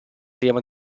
tema